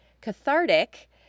cathartic